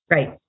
Right